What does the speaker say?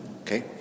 Okay